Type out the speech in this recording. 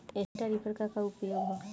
Straw reaper क का उपयोग ह?